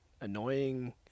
annoying